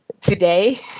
today